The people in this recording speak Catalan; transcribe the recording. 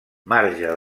marge